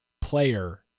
player